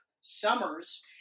Summers